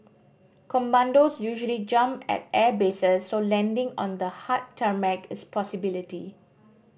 commandos usually jump at airbases so landing on the hard tarmac is a possibility